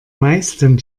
meisten